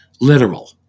literal